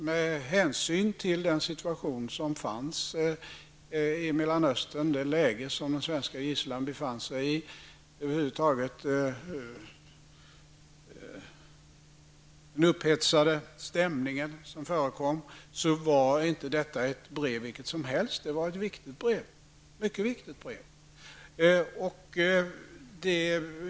Med hänsyn till situationen i Mellanöstern, det läge den svenska gisslan befann sig i och den över huvud taget upphetsade stämningen är det alldeles givet att detta brev inte var ett brev vilket som helst. Det var ett mycket viktigt brev.